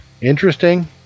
Interesting